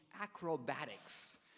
acrobatics